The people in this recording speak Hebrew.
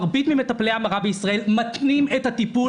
מרבית מטפלי ההמרה בישראל מתנים את טיפול